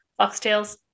foxtails